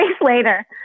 later